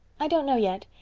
i don't know yet.